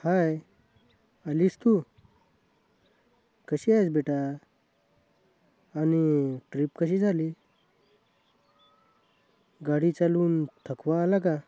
हाय आलीस तू कशी आहेस बेटा आणि ट्रीप कशी झाली गाडी चालून थकवा आला का